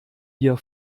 wir